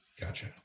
gotcha